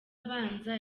abanza